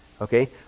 Okay